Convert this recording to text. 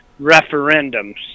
referendums